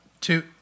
two